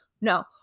No